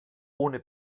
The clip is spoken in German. ohne